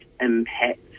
impact